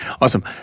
Awesome